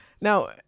now